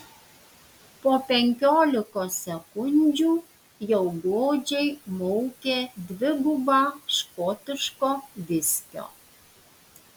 po penkiolikos sekundžių jau godžiai maukė dvigubą škotiško viskio